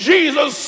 Jesus